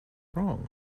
wrong